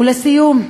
לסיום,